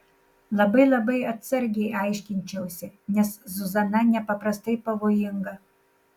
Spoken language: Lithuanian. labai labai atsargiai aiškinčiausi nes zuzana nepaprastai pavojinga